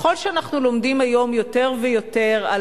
ככל שאנחנו לומדים היום יותר ויותר על